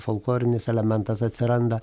folklorinis elementas atsiranda